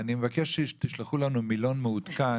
בד בבד כמובן הדבר הזה נותן מענה גם להורים,